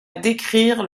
décrire